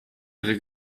ihre